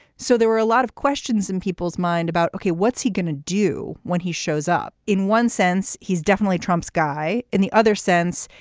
so there were a lot of questions in people's mind about what's he going to do when he shows up. in one sense he's definitely trump's guy in the other sense.